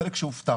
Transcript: חלק שהופטר.